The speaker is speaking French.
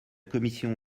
commission